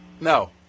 No